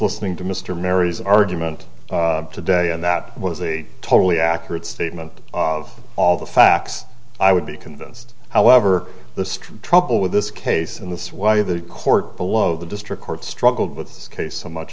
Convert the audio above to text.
listening to mr mary's argument today and that was a totally accurate statement of all the facts i would be convinced however the street trouble with this case and that's why the court below the district court struggled with this case so much